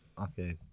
Okay